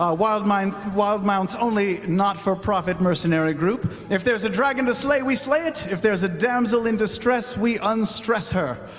ah wildemount's wildemount's only not for profit mercenary group, if there's a dragon to slay, we slay it, if there's a damsel in distress, we unstress her.